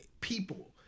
people